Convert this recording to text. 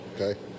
Okay